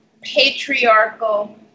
patriarchal